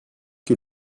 que